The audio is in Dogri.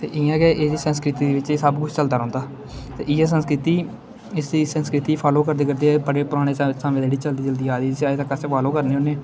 ते इ'यां गै एह्दी संस्कृति दे बिच्च एह् सब्भ कुछ चलदा रौंहदा ते इ'यै संस्कृति इस्सी संस्कृति गी फालो करदे करदे बड़े पराने साढ़े समें दी जेह्ड़ी चलदी चलदी आ दी जिसी अजें तक अस फालो करने होन्ने